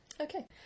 okay